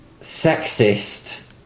sexist